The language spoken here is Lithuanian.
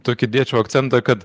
tokį dėčiau akcentą kad